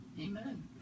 Amen